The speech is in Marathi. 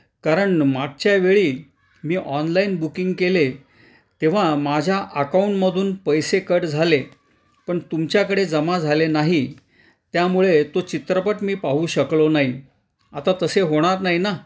कारण मागच्या वेळी मी ऑनलाईन बुकिंग केले तेव्हा माझ्या अकाऊंटमधून पैसे कट झाले पण तुमच्याकडे जमा झाले नाही त्यामुळे तो चित्रपट मी पाहू शकलो नाही आता तसे होणार नाही ना